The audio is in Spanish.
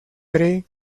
pre